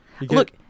look